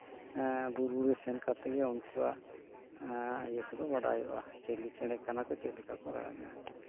ᱵᱩᱨᱩ ᱨᱮ ᱥᱮᱱ ᱠᱟᱛᱮᱫ ᱜᱮ ᱩᱱᱠᱩᱣᱟᱜ ᱤᱭᱟᱹ ᱠᱚᱫᱚ ᱵᱟᱲᱟᱭᱚᱜᱼᱟ ᱡᱮ ᱪᱮᱞᱮ ᱪᱮᱬᱮ ᱠᱟᱱᱟ ᱠᱚ ᱪᱮᱫ ᱞᱮᱠᱥ ᱠᱚ ᱨᱟᱜᱟ